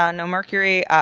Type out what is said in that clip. ah no mercury,